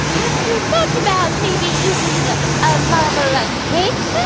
have you thought about maybe using ah marble ah cake?